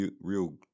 real